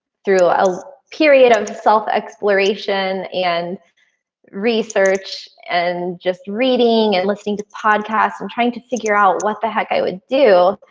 through a period of the self exploration and research and just reading and listening to podcasts. i'm trying to figure out what the heck i would do,